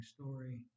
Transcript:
story